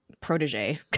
protege